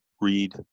read